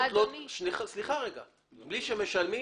הבעלות לא תעבור בלי שמשלמים.